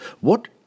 What